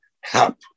help